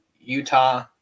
Utah